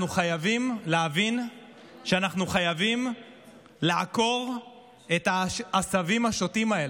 אנחנו חייבים להבין שאנחנו חייבים לעקור את העשבים השוטים האלה.